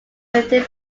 within